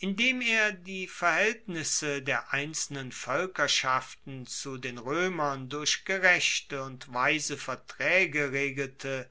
indem er die verhaeltnisse der einzelnen voelkerschaften zu den roemern durch gerechte und weise vertraege regelte